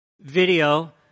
video